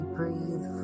breathe